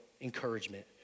encouragement